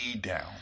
down